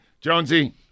Jonesy